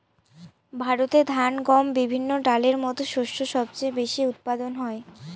ভারতে ধান, গম, বিভিন্ন ডালের মত শস্য সবচেয়ে বেশি উৎপাদন হয়